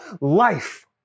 life